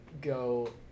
go